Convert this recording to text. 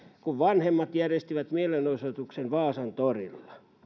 kun vanhemmat järjestivät mielenosoituksen vaasan torilla